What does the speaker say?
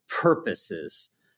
purposes